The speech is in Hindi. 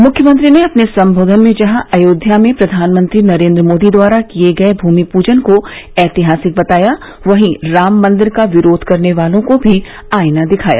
मुख्यमंत्री ने अपने संबोधन में जहां अयोध्या में प्रधानमंत्री नरेन्द्र मोदी द्वारा किये गये भूमि पूजन को ऐतिहासिक बताया वहीं राम मंदिर का विरोध करने वालों को भी आइना दिखाया